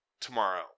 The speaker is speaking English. tomorrow